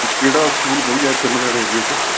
ਕਿ ਕਿਹੜਾ ਸਕੂਲ ਵਧੀਆ ਇਥੇ ਲੁਧਿਆਣੇ ਏਰੀਏ 'ਚ